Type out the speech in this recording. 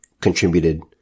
contributed